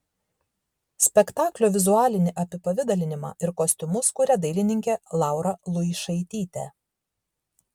spektaklio vizualinį apipavidalinimą ir kostiumus kuria dailininkė laura luišaitytė